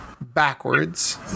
backwards –